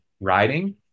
riding